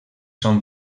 són